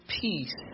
peace